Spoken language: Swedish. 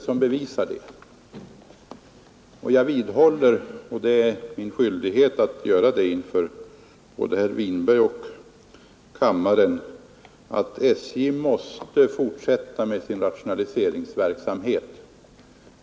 som bevisar det. Jag vidhåller — det är min skyldighet gentemot både herr Winberg och kammaren — att SJ måste fortsätta med sin rationaliseringsverksamhet.